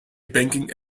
banking